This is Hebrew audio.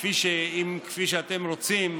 כפי שאתם רוצים,